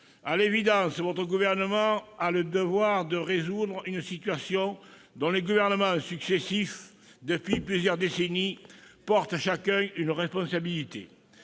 à l'évidence, votre Gouvernement a le devoir de résoudre une situation dont les gouvernements successifs, depuis plusieurs décennies, portent chacun une responsabilité.